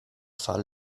fall